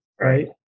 Right